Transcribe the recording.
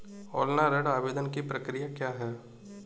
Online ऋण आवेदन की प्रक्रिया क्या है?